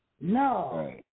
No